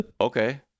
okay